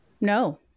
No